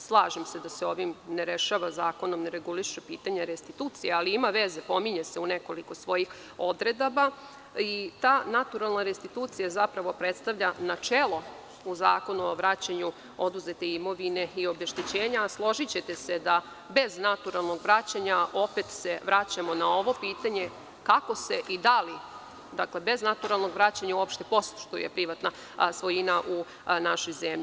Slažem se da se ovim ne rešava, zakonom ne regulišu pitanja restitucije, ali ima veze, pominje se u nekoliko svojih odredaba i ta naturalna restitucija zapravo predstavlja načelo u Zakonu o vraćanju oduzete imovine i obeštećenja, a složićete se da bez naturalnog vraćanja opet se vraćamo na ovo pitanje, kako se i da li, dakle bez naturalnog vraćanja, uopšte poštuje privatna svojina u našoj zemlji?